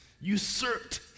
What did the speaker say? usurped